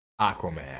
Aquaman